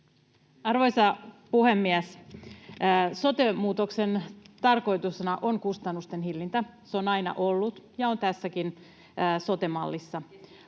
Arvoisa puhemies! Sote-muutoksen tarkoituksena on kustannusten hillintä. Se on aina ollut niin, ja on tässäkin sote-mallissa.